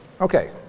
Okay